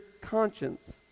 conscience